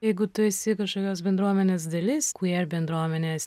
jeigu tu esi kažkokios bendruomenės dalis kuer bendruomenės